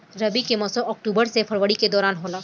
रबी के मौसम अक्टूबर से फरवरी के दौरान होला